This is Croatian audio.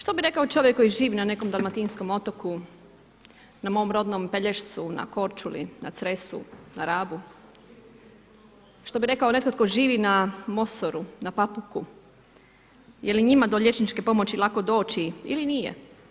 Što bi rekao čovjek koji živi na nekom dalmatinskom otoku na mom rodnom Pelješcu na Korčuli, na Cresu, na Rabu, što bi rekao netko tko živi na Mosoru, na Papuku, je li njima do liječničke pomoći lako doći ili nije.